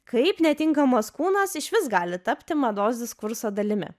kaip netinkamas kūnas išvis gali tapti mados diskurso dalimi